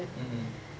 mmhmm